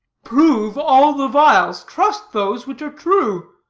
prove all the vials trust those which are true.